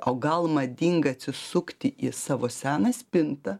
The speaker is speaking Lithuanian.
o gal madinga atsisukti į savo seną spintą